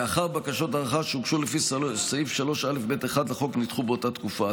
לאחר שבקשות הארכה שהוגשו לפי סעיף 3א(ב1) לחוק נדחו באותה תקופה.